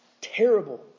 Terrible